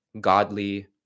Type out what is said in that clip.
godly